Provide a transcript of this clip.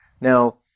Now